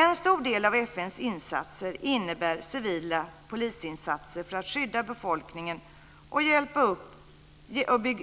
En stor del av FN:s insatser innebär civila polisinsatser för att skydda befolkningen och